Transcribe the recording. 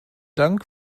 dank